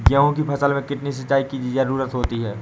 गेहूँ की फसल में कितनी सिंचाई की जरूरत होती है?